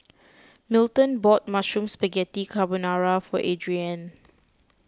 Milton bought Mushroom Spaghetti Carbonara for Adriene